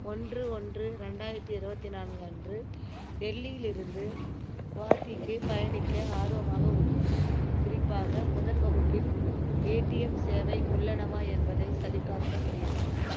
ஒன்று ஒன்று ரெண்டாயிரத்து இருபத்தி நான்கு அன்று டெல்லியில் இருந்து கவஹாத்திக்கு பயணிக்க ஆர்வமாக உள்ளேன் குறிப்பாக முதல் வகுப்பில் ஏடிஎம் சேவை உள்ளனவா என்பதைச் சரிப் பார்க்க முடியுமா